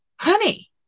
honey